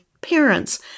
parents